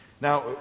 Now